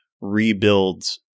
rebuilds